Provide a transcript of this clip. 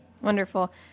wonderful